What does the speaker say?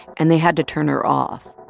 and they had to turn her off,